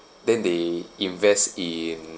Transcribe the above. then they invest in